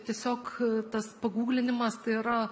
tiesiog tas paguglinimas tai yra